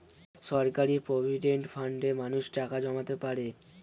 সরকারি প্রভিডেন্ট ফান্ডে মানুষ টাকা জমাতে পারে